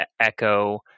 Echo